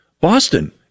Boston